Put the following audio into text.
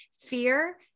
fear